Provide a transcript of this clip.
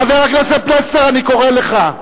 חבר הכנסת פלסנר, אני קורא לך.